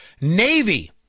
navy